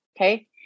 Okay